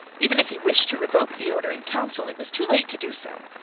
even if he wished to revoke the order in council, it was too late to do so.